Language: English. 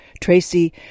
Tracy